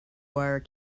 wire